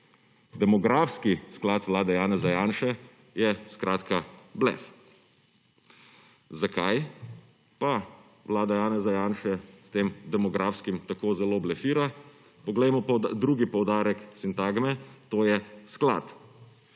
Demografski sklad Vlade Janeza Janše je skratka blef. Zakaj pa Vlada Janeza Janše s tem demografskim tako zelo blefira? Poglejmo drugi poudarek sintagme, to je sklad.